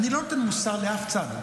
אני לא נותן מוסר לאף צד,